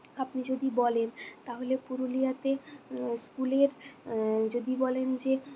আপনি যদি বলেন তাহলে পুরুলিয়াতে স্কুলের যদি বলেন যে